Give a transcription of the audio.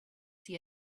see